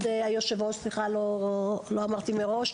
סליחה שלא אמרתי את זה מראש,